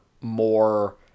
more